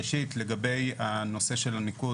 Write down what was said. ראשית, לגבי הנושא של ניקוד.